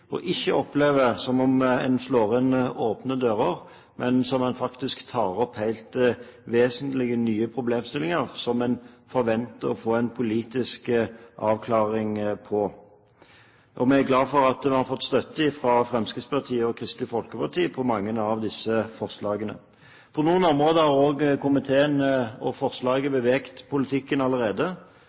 det ikke som om en slår inn åpne dører, men at en faktisk tar opp helt vesentlige, nye problemstillinger, som en forventer å få en politisk avklaring på. Vi er glad for at vi har fått støtte fra Fremskrittspartiet og Kristelig Folkeparti til mange av disse forslagene. På noen områder har komiteen og forslaget beveget politikken allerede.